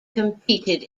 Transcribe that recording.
competed